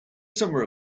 summer